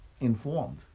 informed